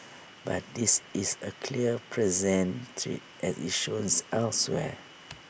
but this is A clear present threat as IT showns elsewhere